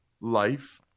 Life